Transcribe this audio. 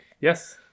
yes